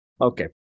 Okay